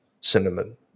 cinnamon